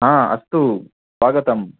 अस्तु स्वागतम्